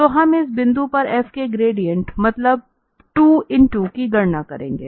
तो हम इस बिंदु पर f के ग्रेडिएंट मतलब 2 ईंटो 2 की गरणा करेंगे